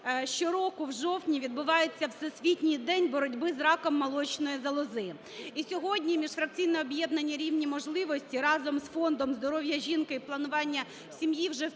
Щороку в жовтні відбувається Всесвітній день боротьби з раком молочної залози. І сьогодні міжфракційне об'єднання "Рівні можливості" разом з фондом "Здоров'я жінки і планування сім'ї" вже вп'яте